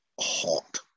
hot